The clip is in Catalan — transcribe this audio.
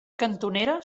cantonera